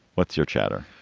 what's your chatter?